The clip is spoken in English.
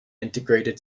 integrated